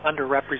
underrepresented